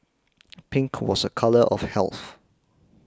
pink was a colour of health